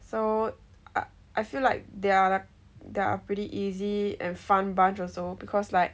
so I I feel like there are there are pretty easy and fun bunch also because like